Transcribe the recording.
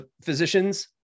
physicians